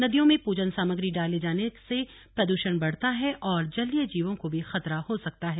नदियों में पूजन सामग्री डाले जाने से प्रदूषण बढ़ता है और जलीय जीवों को भी खतरा हो सकता है